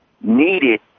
needed